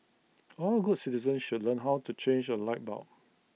all good citizens should learn how to change A light bulb